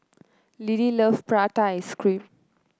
Lidie loves Prata Ice Cream